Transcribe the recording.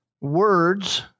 words